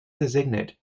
designate